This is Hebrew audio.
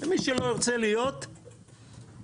מי שלא ירצה להיות, שיילך.